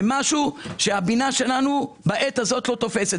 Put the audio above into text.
זה משהו שהבינה שלנו לא תופסת בעת הזאת,